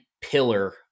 pillar